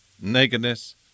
nakedness